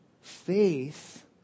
Faith